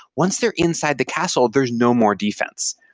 once they're inside the castle, there is no more defense.